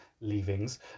leavings